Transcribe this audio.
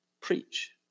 preach